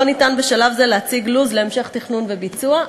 לא ניתן בשלב זה להציג לו"ז להמשך תכנון וביצוע.